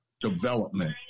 development